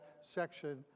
section